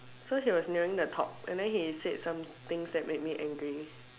so he was nearing the top so he said somethings that made me angry